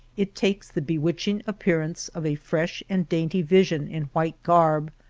it takes the be witching appearance of a fresh and dainty vision in white garb,